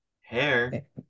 hair